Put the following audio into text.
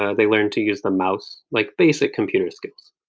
ah they learn to use the mouse, like basic computer skills,